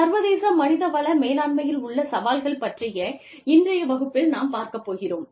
சர்வதேச மனித வள மேலாண்மையில் உள்ள சவால்கள் பற்றியே இன்றைய வகுப்பில் நாம் பார்க்கப் போகிறோம்